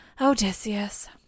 Odysseus